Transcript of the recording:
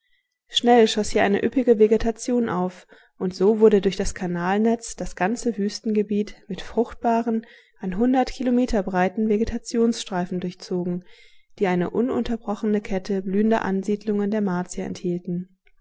schnell schoß hier eine üppige vegetation auf und so wurde durch das kanalnetz das ganze wüstengebiet mit fruchtbaren an hundert kilometer breiten vegetationsstreifen durchzogen die eine ununterbrochene kette blühender ansiedlungen der martier enthielten